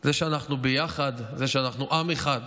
זה שאנחנו ביחד, זה שאנחנו עם אחד,